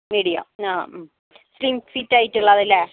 medium ആ skin fit ആയിട്ടുള്ളത് അല്ലേ